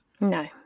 No